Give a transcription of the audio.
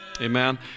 Amen